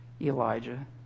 Elijah